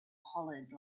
hollered